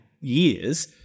years